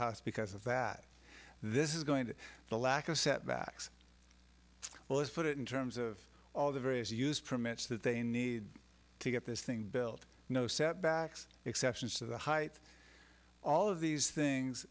house because of that this is going to the lack of setbacks well let's put it in terms of all the various use permits that they need to get this thing built you know setbacks exceptions to the height all of these things